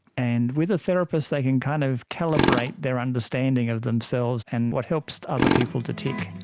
and with a therapist they can kind of calibrate their understanding of themselves and what helps other people to tick.